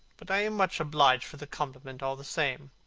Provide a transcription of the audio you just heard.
but i am much obliged for the compliment, all the same.